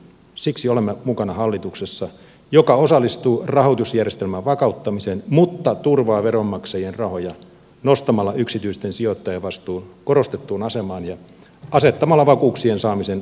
siksi olemme mukana hallituksessa joka osallistuu rahoitusjärjestelmän vakauttamiseen mutta turvaa veronmaksajien rahoja nostamalla yksityisten sijoittajavastuun korostettuun asemaan ja asettamalla vakuuksien saamisen osallistumisensa ehdoksi